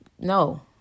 no